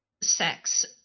sex